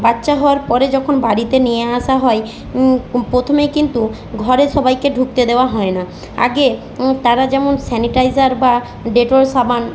বাচ্চা হওয়ার পরে যখন বাড়িতে নিয়ে আসা হয় প্রথমে কিন্তু ঘরে সবাইকে ঢুকতে দেওয়া হয় না আগে তারা যেমন স্যানিটাইজার বা ডেটল সাবান